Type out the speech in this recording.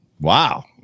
Wow